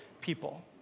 people